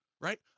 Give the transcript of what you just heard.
right